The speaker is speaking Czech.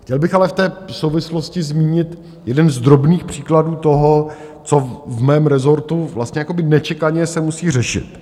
Chtěl byl ale v té souvislosti zmínit jeden z drobných příkladů toho, co v mém rezortu vlastně jakoby nečekaně se musí řešit.